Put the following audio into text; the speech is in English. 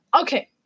okay